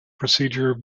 procedure